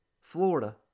Florida